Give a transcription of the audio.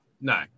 No